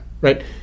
Right